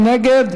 מי נגד?